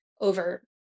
over